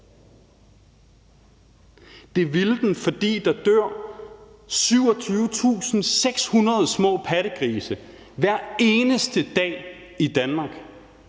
Det ville den, fordi der dør 27.600 små pattegrise hver eneste dag i Danmark,